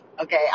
okay